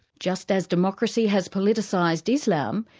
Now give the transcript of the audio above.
just as democracy has politicised islam,